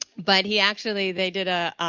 but he actually, they did,